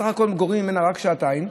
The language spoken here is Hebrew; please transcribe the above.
בסך הכול גורעים ממנה רק שעתיים,